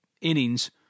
innings